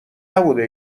نبوده